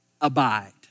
abide